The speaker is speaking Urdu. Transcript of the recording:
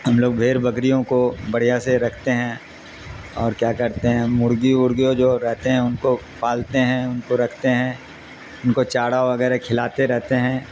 ہم لوگ بھیر بکریوں کو بڑھیا سے رکھتے ہیں اور کیا کرتے ہیں مرغی ورغیوں جو رہتے ہیں ان کو پالتے ہیں ان کو رکھتے ہیں ان کو چاارہ وغیرہ کھلاتے رہتے ہیں